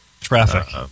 Traffic